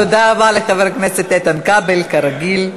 תודה רבה לחבר הכנסת איתן כבל, כרגיל.